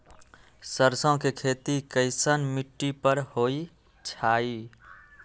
सरसों के खेती कैसन मिट्टी पर होई छाई?